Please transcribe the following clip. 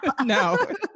No